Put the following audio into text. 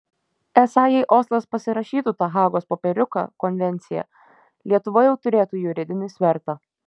esą jei oslas pasirašytų tą hagos popieriuką konvenciją lietuva jau turėtų juridinį svertą